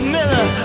Miller